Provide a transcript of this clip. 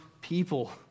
people